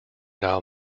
now